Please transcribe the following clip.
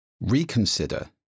reconsider